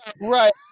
Right